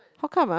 how come ah